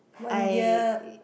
one year